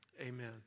Amen